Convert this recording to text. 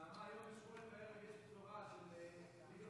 תודה רבה, חברת הכנסת נעמה